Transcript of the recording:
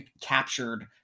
captured